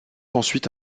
ensuite